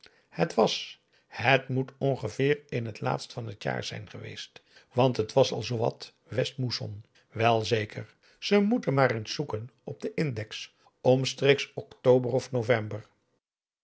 het was het moet ongeveer in het laatst van het jaar zijn geweest want het was al zoowat westmoussen wel zeker ze moeten maar eens zoeken op den index omstreeks october of november